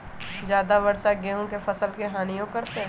ज्यादा वर्षा गेंहू के फसल के हानियों करतै?